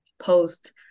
post